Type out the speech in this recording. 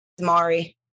Mari